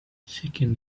seeking